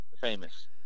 famous